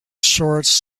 shorts